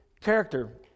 character